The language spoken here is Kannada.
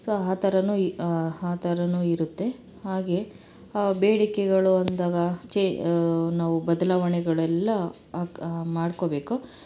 ಸೊ ಆ ಥರನೂ ಈ ಆ ಥರನೂ ಇರುತ್ತೆ ಹಾಗೇ ಬೇಡಿಕೆಗಳು ಅಂದಾಗ ಚೇ ನಾವು ಬದಲಾವಣೆಗಳೆಲ್ಲ ಕಾ ಮಾಡ್ಕೋಬೇಕು